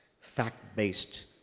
fact-based